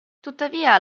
tuttavia